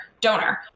Donor